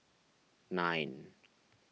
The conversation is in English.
nine